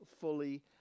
fully